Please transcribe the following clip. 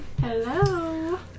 Hello